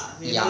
ya